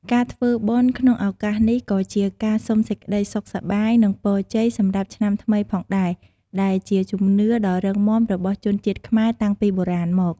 ការធ្វើបុណ្យក្នុងឱកាសនេះ ក៏ជាការសុំសេចក្តីសុខសប្បាយ និងពរជ័យសម្រាប់ឆ្នាំថ្មីផងដែរ ដែលជាជំនឿដ៏រឹងមាំរបស់ជនជាតិខ្មែរតាំងពីបុរាណមក។